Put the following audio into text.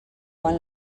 quan